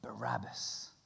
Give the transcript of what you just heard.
Barabbas